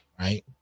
right